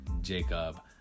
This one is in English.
Jacob